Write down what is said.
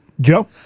Joe